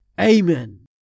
Amen